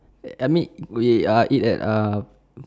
eh I mean we ah eat at uh